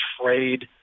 trade –